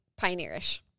pioneerish